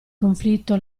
conflitto